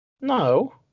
No